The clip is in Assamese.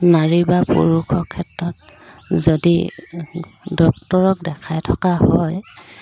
নাৰী বা পুৰুষৰ ক্ষেত্ৰত যদি ডক্তৰক দেখাই থকা হয়